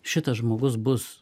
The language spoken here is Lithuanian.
šitas žmogus bus